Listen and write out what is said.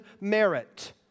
merit